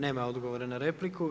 Nema odgovora na repliku.